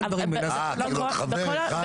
כאילו עוד חבר אחד?